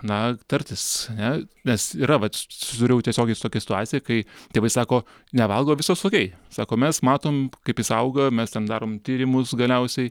na tartis ne nes yra vat susidūriau tiesiogiai su tokia situacija kai tėvai sako nevalgo viskas okei sako mes matom kaip jis auga mes ten darom tyrimus galiausiai